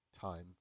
time